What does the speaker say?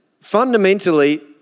fundamentally